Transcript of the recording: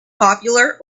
popular